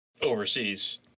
overseas